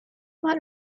what